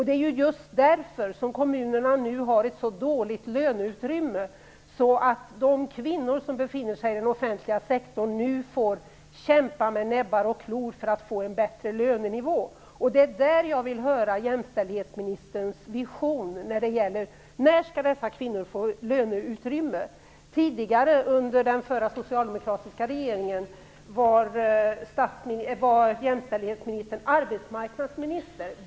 Det är just därför som kommunerna nu har ett så dåligt löneutrymme att de kvinnor som befinner sig i den offentliga sektorn får kämpa med näbbar och klor för att få en bättre lönenivå. Det är i det sammanhanget jag vill höra jämställdhetsministerns vision om när dessa kvinnor skall få löneutrymme. Under den förra socialdemokratiska regeringen var jämställdhetsministern arbetsmarknadsminister.